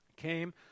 came